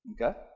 okay